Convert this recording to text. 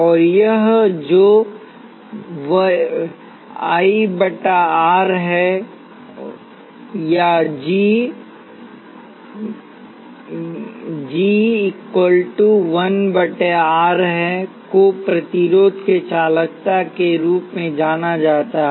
और यह G जो 1 बटा R है को प्रतिरोध के चालकता के रूप में जाना जाता है